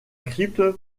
crypte